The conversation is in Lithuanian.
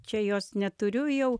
čia jos neturiu jau